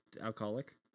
alcoholic